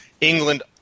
England